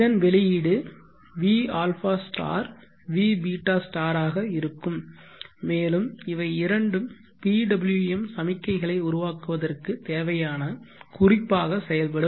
இதன் வெளியீடு vα vβ ஆக இருக்கும் மேலும் இவை இரண்டும் PWM சமிக்கைகளை உருவாக்குவதற்கு தேவையான குறிப்பாக செயல்படும்